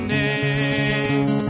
name